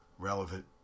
relevant